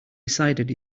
decided